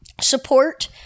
support